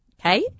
Okay